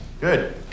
Good